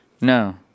No